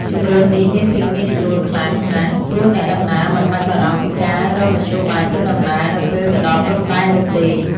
ជម្រើសនេះមានភាពងាយស្រួលខ្លាំងណាស់ ព្រោះអ្នកដំណើរមិនបាច់បារម្ភពីការរកមធ្យោបាយធ្វើដំណើរនៅពេលទៅដល់ព្រំដែននោះទេ។